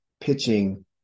pitching